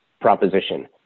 proposition